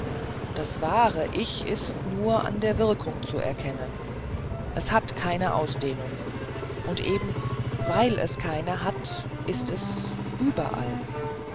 das wahre ich ist nur an der wirkung zu erkennen es hat keine ausdehnung und eben weil es keine hat ist es überall